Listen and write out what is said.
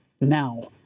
now